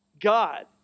God